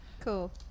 cool